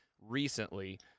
recently